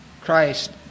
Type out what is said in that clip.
Christ